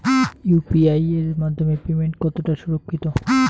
UPI এর মাধ্যমে payment কতটা সুরক্ষিত?